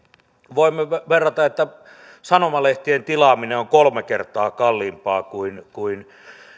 voimme verrata että sanomalehtien tilaaminen on kolme kertaa kalliimpaa kuin kuin